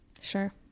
Sure